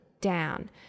down